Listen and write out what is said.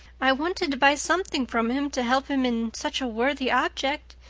i wanted to buy something from him to help him in such a worthy object.